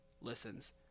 Listens